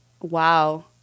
Wow